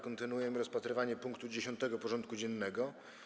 Kontynuujemy rozpatrywanie punktu 10. porządku dziennego.